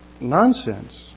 nonsense